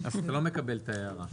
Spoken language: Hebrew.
אז אתה לא מקבל את ההערה?